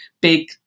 big